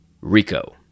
Rico